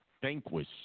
vanquish